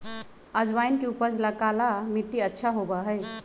अजवाइन के उपज ला काला मट्टी अच्छा होबा हई